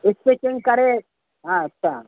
stitching करे हा अछा